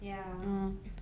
ya